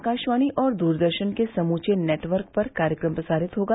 आकाशवाणी और द्रदर्शन के समूचे नेटवर्क पर कार्यक्रम प्रसारित होगा